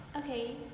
okay